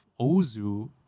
Ozu